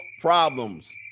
problems